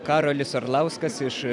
karolis arlauskas iš